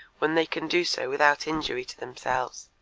when they can do so without injury to themselves